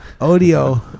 Audio